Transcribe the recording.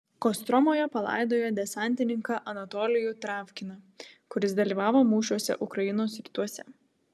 kostromoje palaidojo desantininką anatolijų travkiną kuris dalyvavo mūšiuose ukrainos rytuose